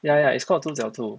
ya ya it's called 猪脚醋